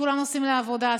כשכולם נוסעים לעבודה?